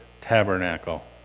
tabernacle